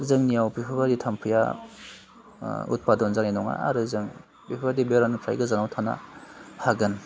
जोंनियाव बेफोरबायदि थाम्फैआ ओह उदफादन जानाय नङा आरो जों बेफोर बायदि बेरामनिफ्राय गोजानाव थानो हागोन